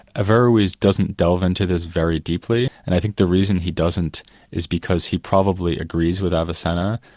averroes doesn't delve into this very deeply, and i think the reason he doesn't is because he probably agrees with avicenna,